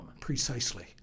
Precisely